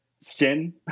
sin